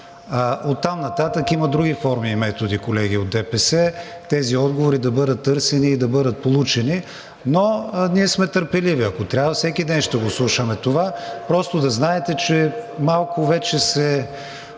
оттам нататък има други форми и методи, колеги от ДПС, тези отговори да бъдат търсени и да бъдат получени. Но ние сме търпеливи, ако трябва всеки ден ще го слушаме това – просто да знаете, че вече малко